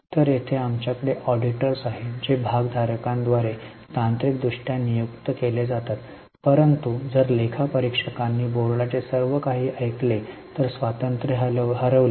तर येथे आमच्याकडे ऑडिटर्स आहेत जे भागधारकांद्वारे तांत्रिक दृष्ट्या नियुक्त केले जातात परंतु जर लेखा परीक्षकांनी बोर्डाचे सर्व काही ऐकले तर स्वातंत्र्य हरवले